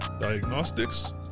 diagnostics